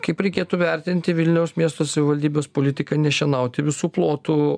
kaip reikėtų vertinti vilniaus miesto savivaldybės politiką nešienauti visų plotų